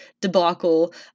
debacle